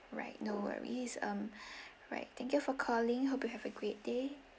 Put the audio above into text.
right no worries um right thank you for calling hope you have a great day